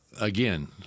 Again